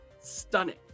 stunning